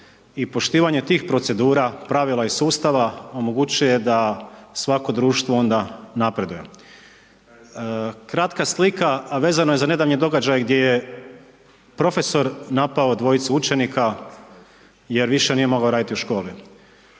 i poštivanje tih procedura, pravila i sustava, omogućuje da svako društvo onda napreduje. Kratka slika a vezano je za nedavni događaj gdje je profesor napao dvojicu učenika jer više nije mogao raditi u školo.